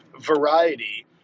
variety